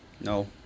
No